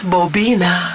Bobina